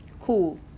cool